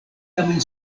tamen